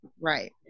Right